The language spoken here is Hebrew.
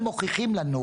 מי שלא בזכירות,